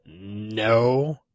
No